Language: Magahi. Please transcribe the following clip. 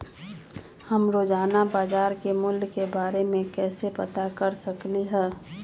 हम रोजाना बाजार के मूल्य के के बारे में कैसे पता कर सकली ह?